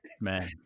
Man